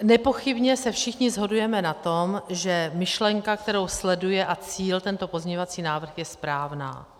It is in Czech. Nepochybně se všichni shodujeme na tom, že myšlenka a cíl, kterou sleduje tento pozměňovací návrh, jsou správné.